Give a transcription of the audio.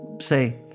say